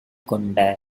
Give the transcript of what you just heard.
கொண்ட